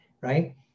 right